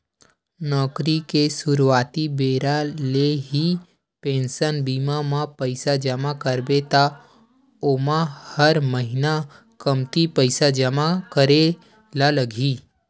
नउकरी के सुरवाती बेरा ले ही पेंसन बीमा म पइसा जमा करबे त ओमा हर महिना कमती पइसा जमा करे ल लगही